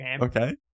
Okay